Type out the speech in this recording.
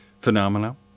phenomena